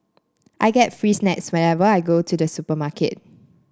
I get free snacks whenever I go to the supermarket